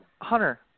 Hunter